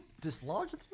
Dislodge